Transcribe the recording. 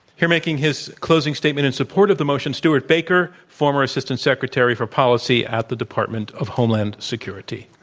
here making his closing statement in support of the motion stewart baker, former assistant secretary for policy at the department of homeland security.